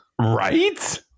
right